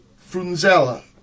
Frunzella